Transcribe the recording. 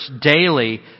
daily